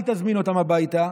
אל תזמין אותם הביתה,